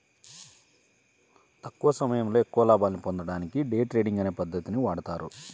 తక్కువ సమయంలో ఎక్కువ లాభాల్ని పొందడానికి డే ట్రేడింగ్ అనే పద్ధతిని వాడతారు